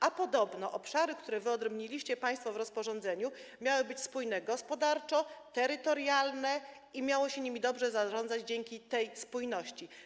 A podobno obszary, które wyodrębniliście państwo w rozporządzeniu, miały być spójne gospodarczo, terytorialne i miało się nimi dobrze zarządzać dzięki spójności.